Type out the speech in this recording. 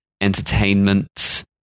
entertainment